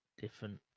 different